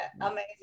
amazing